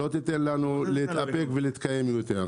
לאותם יתומים או לאותם זקנים שיצאו לפנסיה בעוד 1,000,